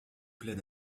plein